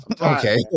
Okay